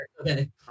Okay